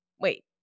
wait